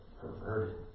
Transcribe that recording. perverted